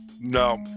No